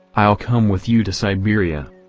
i'll come with you to siberia.